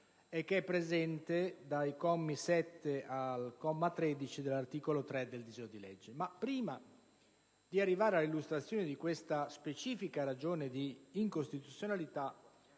esercizi, presente nei commi da 7 a 13 dell'articolo 3 del disegno di legge. Prima però di arrivare all'illustrazione di questa specifica ragione di incostituzionalità,